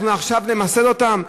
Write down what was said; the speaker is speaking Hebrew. אנחנו עכשיו נמסד אותן?